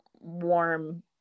warm